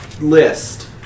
list